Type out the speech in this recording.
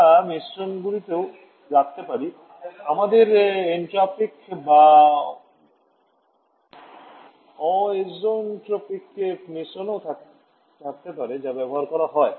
আমরা মিশ্রণগুলিও রাখতে পারি আমাদের Isentropic বা Anisentropic মিশ্রণও থাকতে পারে যা ব্যবহার করা হয়